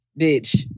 bitch